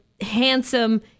handsome